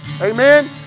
Amen